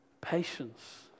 Patience